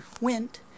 went